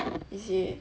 is it